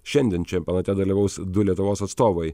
šiandien čempionate dalyvaus du lietuvos atstovai